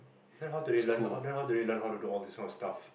then how do they learn then how do they learn how to do all this kind of stuff